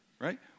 right